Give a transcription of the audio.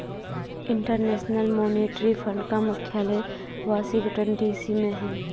international monetary fund का मुख्यालय Washington DC में है